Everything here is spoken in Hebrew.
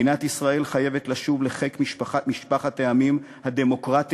מדינת ישראל חייבת לשוב לחיק משפחת העמים הדמוקרטיים,